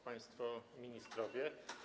Państwo Ministrowie!